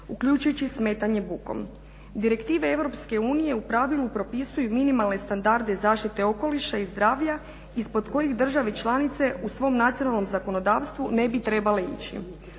uljučujući smetanje bukom. Direktive EU u pravilu propisuju minimalne standarde zaštite okoliša i zdravlja ispod koje države članice u svom nacionalnom zakonodavstvu ne bi trebale ići.